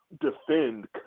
defend